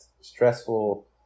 stressful